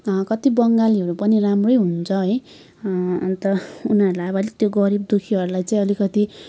कति बङ्गालीहरू पनि राम्रै हुन्छ है अन्त उनीहरूलाई अब अलिक गरिब दुःखीहरूलाई चाहिँ अलिकति